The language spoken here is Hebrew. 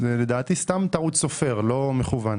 לדעתי זה טעות סופר, זה לא מכוון.